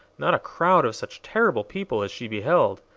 not a crowd of such terrible people as she beheld.